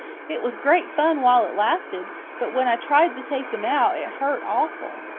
it was great fun while it lasted but, when i tried to take them out, it hurt awful.